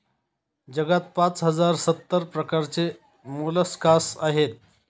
जगात पाच हजार सत्तर प्रकारचे मोलस्कास आहेत